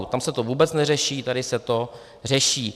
Tam se to vůbec neřeší, tady se to řeší.